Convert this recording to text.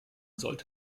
sollte